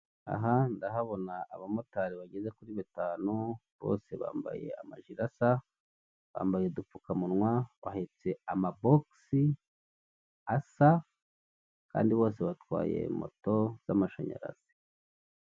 Aha ndahabona abamotari bageze kuri batanu, bose bambaye amajire asa, bambaye udupfukamunw, bahetse amabokisi asa, kandi bose batwaye moto z'amashanyarazi.